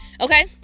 okay